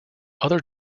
other